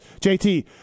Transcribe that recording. JT